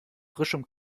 frischem